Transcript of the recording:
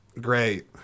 Great